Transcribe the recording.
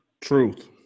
Truth